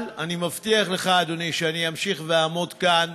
אבל אני מבטיח לך, אדוני, שאני אמשיך ואעמוד כאן